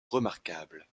remarquable